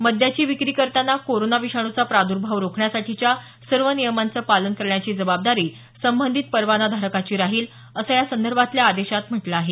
मद्याची विक्री करतांना कोरोना विषाणूचा प्रादर्भाव रोखण्यासाठीच्या सर्व नियमांचं पालन करण्याची जबाबदारी संबंधित परवाना धारकाची राहील असं यासंदर्भातल्या आदेशात म्हटलं आहे